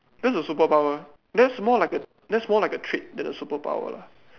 that's a superpower that's more like that's more like a trick than a superpower lah